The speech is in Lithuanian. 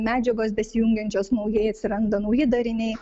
medžiagos besijungiančios naujai atsiranda nauji dariniai